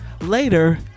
Later